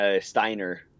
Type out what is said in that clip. Steiner